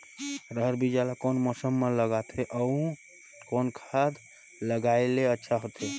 रहर बीजा ला कौन मौसम मे लगाथे अउ कौन खाद लगायेले अच्छा होथे?